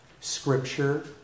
Scripture